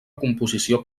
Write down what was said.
composició